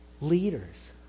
leaders